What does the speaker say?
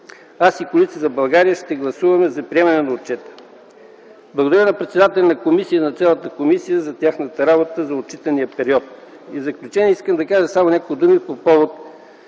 Аз и Коалиция за България ще гласуваме за приемането на отчета. Благодаря на председателя на комисията и на цялата комисия за тяхната работа за отчитания период. В заключение, искам да кажа само няколко думи по повод